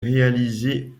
réalisé